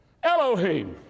Elohim